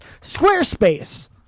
Squarespace